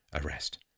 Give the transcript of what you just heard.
arrest